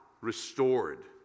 restored